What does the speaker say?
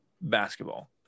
basketball